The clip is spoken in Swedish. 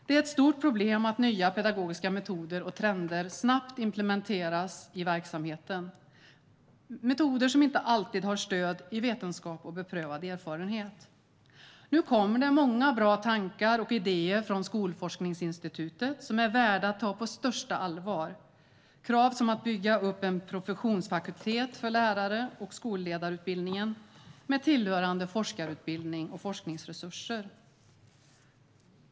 Det är ett stort problem att nya pedagogiska metoder och trender snabbt implementeras i verksamheten - metoder som inte alltid har stöd i vetenskap och beprövad erfarenhet. Nu kommer det många bra tankar och idéer från Skolforskningsinstitutet som är värda att ta på största allvar. Det är krav såsom att bygga upp en professionsfakultet för lärar och skolledarutbildningen med tillhörande forskarutbildning och forskningsresurser.